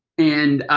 and